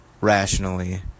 rationally